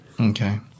Okay